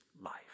life